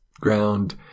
ground